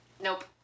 Nope